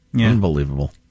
Unbelievable